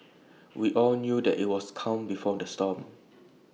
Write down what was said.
we all knew that IT was calm before the storm